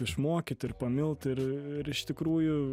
išmokyt ir pamilt ir ir iš tikrųjų